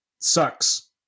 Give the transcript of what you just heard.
sucks